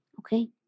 Okay